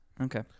Okay